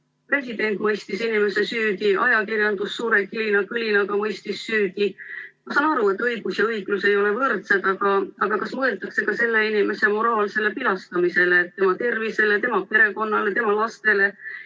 President mõistis inimese süüdi, ajakirjandus suure kilina-kõlinaga mõistis süüdi. Ma saan aru, et õigus ja õiglus ei ole võrdsed, aga kas mõeldakse ka selle inimese moraalsele pilastamisele, tema tervisele, tema perekonnale, tema lastele?